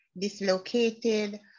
dislocated